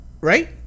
right